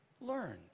learned